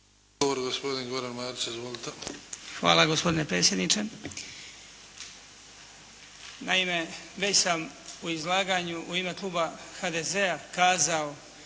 Hvala gospodine predsjedniče. Naime, već sam u izlaganju u ime kluba HDZ-a kazao